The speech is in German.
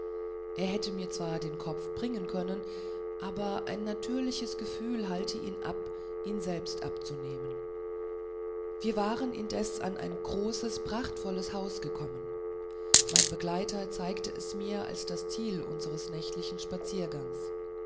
er hätte mir zwar den kopf bringen können aber ein natürliches gefühl halte ihn ab ihn selbst abzunehmen wir waren indes bis an ein großes prachtvolles haus gekommen mein begleiter zeigte es mir als das ziel unseres nächtlichen spaziergangs